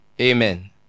Amen